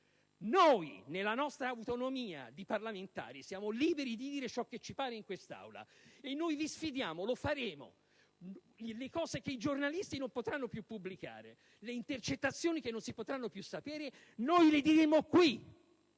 noi, nella nostra autonomia di parlamentari, siamo liberi di dire ciò che ci pare in quest'Aula, e noi vi sfidiamo. Lo faremo! Le notizie che i giornalisti non potranno più pubblicare, le intercettazioni che non si potranno più conoscere, noi le diremo qui!